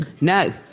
No